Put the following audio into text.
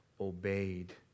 obeyed